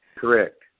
Correct